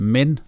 Men